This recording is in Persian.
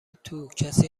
توکسی